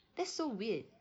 that's so weird